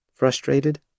Frustrated